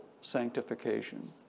sanctification